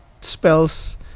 spells